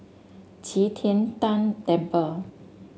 Qi Tian Tan Temple